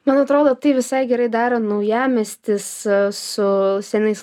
man atrodo tai visai gerai daro naujamiestis su senais